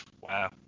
wow